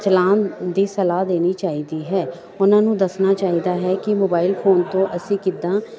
ਚਲਾਉਣ ਦੀ ਸਲਾਹ ਦੇਣੀ ਚਾਹੀਦੀ ਹੈ ਉਹਨਾਂ ਨੂੰ ਦੱਸਣਾ ਚਾਹੀਦਾ ਹੈ ਕਿ ਮੋਬਾਈਲ ਫੋਨ ਤੋਂ ਅਸੀਂ ਕਿੱਦਾਂ